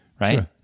Right